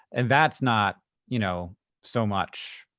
and that's not you know so much